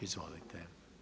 Izvolite.